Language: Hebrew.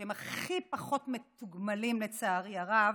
שהם הכי פחות מתוגמלים, לצערי הרב.